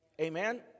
Amen